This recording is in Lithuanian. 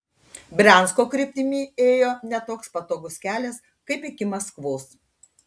briansko kryptimi ėjo ne toks patogus kelias kaip iki maskvos